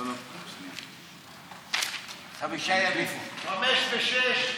לא, לא, זה לא 5 ו-6.